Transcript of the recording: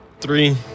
Three